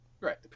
right